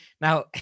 now